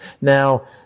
now